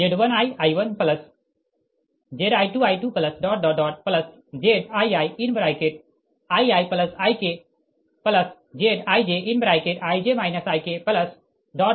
Z1iI1Zi2I2ZiiIiIkZijIj IkZinInZbIkZj1I1Zj2I2ZjiIiIkZjjIj Ik ZjnIn